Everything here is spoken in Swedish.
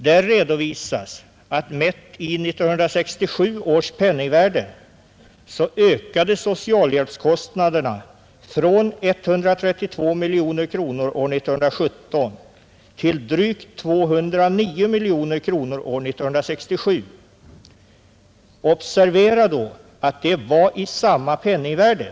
Där redovisas att mätt i 1967 års penningvärde ökade socialhjälpskostnaderna från 132 miljoner kronor år 1917 till drygt 209 miljoner kronor år 1967 — observera att det var i samma penningvärde.